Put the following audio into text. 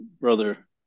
brother